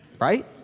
Right